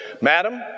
Madam